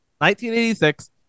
1986